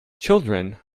children